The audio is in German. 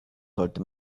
sollte